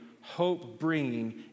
hope-bringing